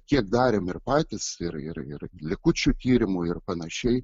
kiek darėm ir patys ir ir likučių tyrimu ir panašiai